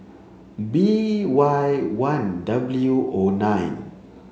B Y one W O nine